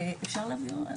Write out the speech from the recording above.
אגב,